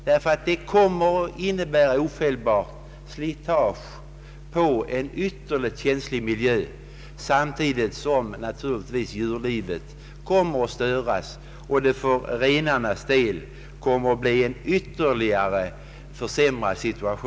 Vägen kommer nämligen ofelbart att innebära slitage på en ytterligt känslig miljö, samtidigt som djurlivet naturligtvis kommer att störas, och det kommer att bli ännu sämre för renarna.